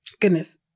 goodness